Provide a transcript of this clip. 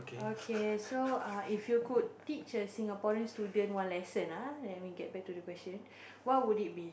okay so ah if you could teach a Singaporean student one lesson ah let me get back to the question what would it be